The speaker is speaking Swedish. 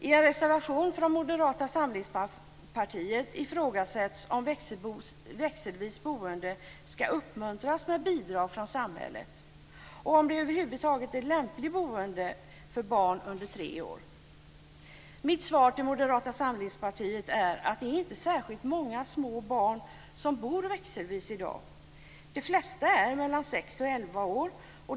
Mitt svar till Moderata samlingspartiet är att det inte är särskilt många små barn som bor växelvis i dag. De flesta är mellan 6 och 11 år.